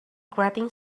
grating